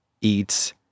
eats